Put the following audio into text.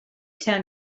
town